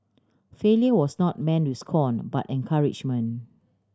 failure was not met with scorn but encouragement